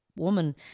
woman